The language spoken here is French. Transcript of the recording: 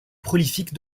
prolifique